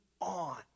on